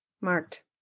Marked